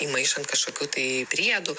įmaišant kažkokių tai priedų